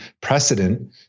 precedent